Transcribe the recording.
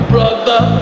Brother